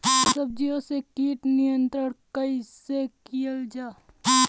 सब्जियों से कीट नियंत्रण कइसे कियल जा?